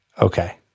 Okay